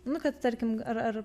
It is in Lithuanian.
nu kad tarkim ar ar